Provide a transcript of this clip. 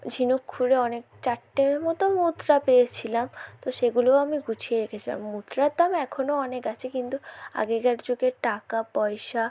ঝিনুক খুলে অনেক চারটের মতো মুদ্রা পেয়েছিলাম তো সেগুলোও আমি গুছিয়ে রেখেছিলাম মুদ্রার দাম এখনও অনেক আছে কিন্তু আগেকার যুগের টাকা পয়সা